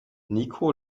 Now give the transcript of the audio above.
niko